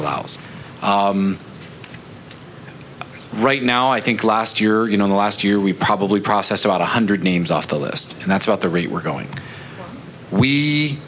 allows right now i think last year you know last year we probably processed about one hundred names off the list and that's about the rate we're going we